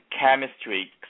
chemistry